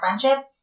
friendship